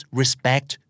respect